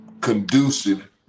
conducive